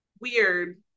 weird